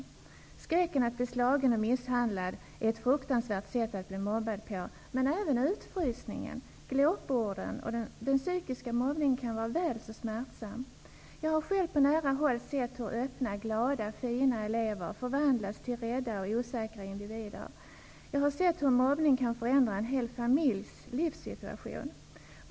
Att känna skräck för att bli slagen och misshandlad är ett fruktansvärt sätt att bli mobbad på, men även utfrysningen, glåporden och den psykiska mobbningen kan vara väl så smärtsamma. Jag har själv på nära håll sett hur öppna, glada fina elever förvandlats till rädda och osäkra individer. Jag har sett hur mobbning kan förändra en hel familjs livssituation.